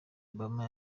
obama